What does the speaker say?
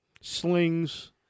slings